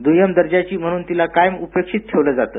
द्य्यम दर्जाची म्हणून तिला कायम उपेक्षित ठेवलं जातं